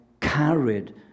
carried